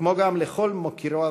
כמו גם לכל מוקיריו